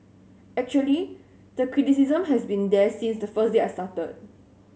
actually the criticism has been there since the first day I started